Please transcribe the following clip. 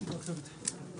הישיבה ננעלה בשעה